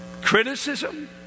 Criticism